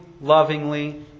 lovingly